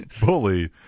Bully